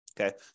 Okay